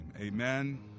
Amen